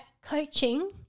coaching